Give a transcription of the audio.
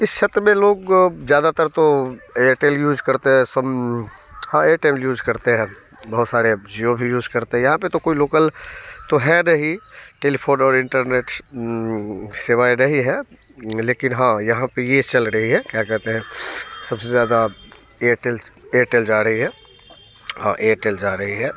इस क्षेत्र में लोग ज़्यादातर तो एयरटेल यूज करते हैं हाँ एयटेल यूज करते हैं बहुत सारे जियो भी यूज़ करते हैं यहाँ पे तो कोई लॉकल तो है नहीं टेलिफोन और इंटरनेट सेवाएँ रही हैं लेकिन हाँ यहाँ पे ये चल रही है क्या कहते हैं सबसे ज़्यादा एयटेल एयटेल जा रही है हाँ एयटेल जा रही है